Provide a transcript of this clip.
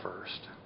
first